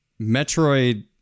Metroid